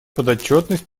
подотчетность